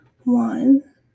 one